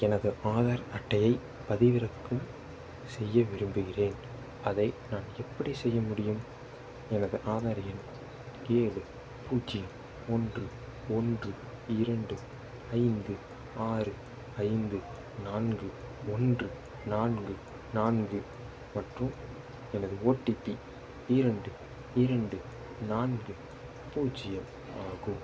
எனது ஆதார் அட்டையை பதிவிறக்கம் செய்ய விரும்புகிறேன் அதை நான் எப்படி செய்ய முடியும் எனது ஆதார் எண் ஏழு பூஜ்ஜியம் ஒன்று ஒன்று இரண்டு ஐந்து ஆறு ஐந்து நான்கு ஒன்று நான்கு நான்கு மற்றும் எனது ஓடிபி இரண்டு இரண்டு நான்கு பூஜ்ஜியம் ஆகும்